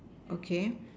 okay